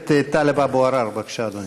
הכנסת טלב אבו עראר, בבקשה, אדוני.